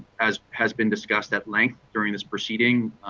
has has been discussed at length during this proceeding.